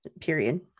period